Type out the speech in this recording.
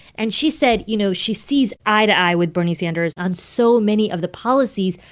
and she said, you know, she sees eye to eye with bernie sanders on so many of the policies,